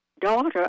daughter